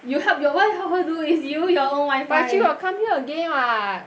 you help your wifi help her do is you your own wifi but she got come here again [what]